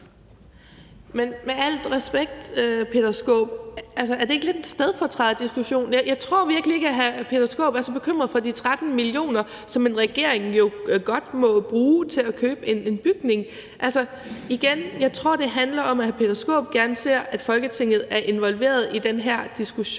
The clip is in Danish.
Med al respekt, Peter Skaarup: Er det ikke lidt en stedfortræderdiskussion? Jeg tror virkelig ikke, at hr. Peter Skaarup er så bekymret for de 13 mio. kr., som en regering jo godt må bruge til at købe en bygning. Igen: Jeg tror, det handler om, at hr. Peter Skaarup gerne ser, at Folketinget er involveret i den her diskussion